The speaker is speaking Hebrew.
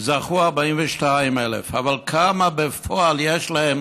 וזכו 42,000, אבל כמה יש להם